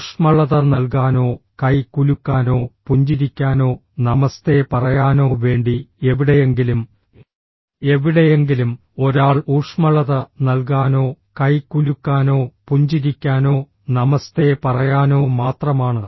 ഊഷ്മളത നൽകാനോ കൈ കുലുക്കാനോ പുഞ്ചിരിക്കാനോ നമസ്തേ പറയാനോ വേണ്ടി എവിടെയെങ്കിലും എവിടെയെങ്കിലും ഒരാൾ ഊഷ്മളത നൽകാനോ കൈ കുലുക്കാനോ പുഞ്ചിരിക്കാനോ നമസ്തേ പറയാനോ മാത്രമാണ്